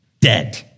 dead